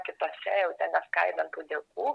kitose jau ten neskaidant tų dėkų